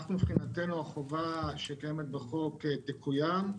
מבחינתנו החובה שקיימת בחוק תקוים.